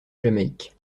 jamaïque